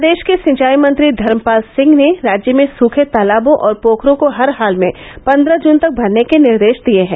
प्रदेष के सिंचाई मंत्री धर्मपाल सिंह ने राज्य में सूखे तालाबों और पोखरों को हर हाल में पन्द्रह जून तक भरने के निर्देष दिये हैं